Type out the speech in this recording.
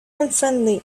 unfriendly